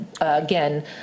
again